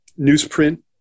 newsprint